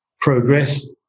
progress